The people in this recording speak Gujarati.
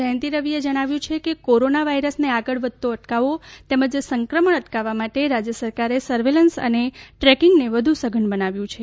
જયંતિ રવિએ જણાવ્યું છે કે કોરોના વાયરસને આગળ વધતો તેમજ સંક્રમણ અટકાવા માટે રાજય સરકારે સર્વેલન્સ અને ટ્રેકિંગને વધુ સધન બનાવ્યું છે